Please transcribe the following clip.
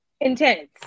intense